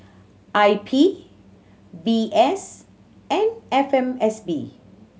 I P V S and F M S B